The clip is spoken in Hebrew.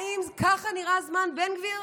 האם ככה נראה זמן בן גביר?